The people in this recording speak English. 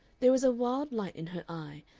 there was a wild light in her eye,